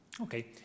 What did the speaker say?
Okay